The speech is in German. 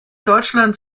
deutschland